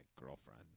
girlfriend